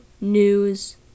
news